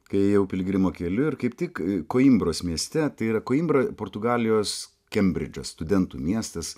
kai ėjau piligrimo keliu ir kaip tik koimbros mieste tai yra koimbra portugalijos kembridžas studentų miestas